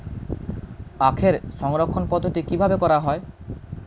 আখের সংরক্ষণ পদ্ধতি কিভাবে করা হয়?